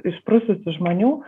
išprususių žmonių